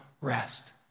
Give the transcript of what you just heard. rest